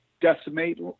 decimate